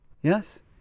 Yes